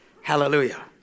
Hallelujah